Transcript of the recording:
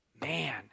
man